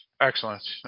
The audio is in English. Excellent